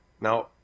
Now